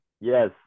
Yes